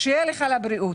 שיהיה לך לבריאות.